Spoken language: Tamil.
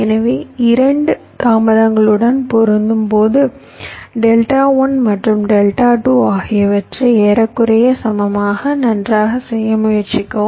எனவே 2 தாமதங்களுடன் பொருந்தும்போது டெல்டா 1 மற்றும் டெல்டா 2 ஆகியவற்றை ஏறக்குறைய சமமாக நன்றாக செய்ய முயற்சிக்கவும்